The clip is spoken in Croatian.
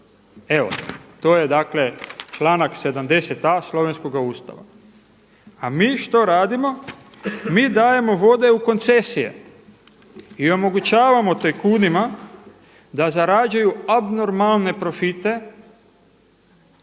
Evo to je dakle članak 70.a slovenskoga ustava. A mi što radimo? Mi dajemo vode u koncesije i omogućavamo tajkunima da zarađuju abnormalne profite